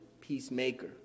peacemaker